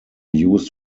used